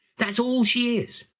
that's all she is.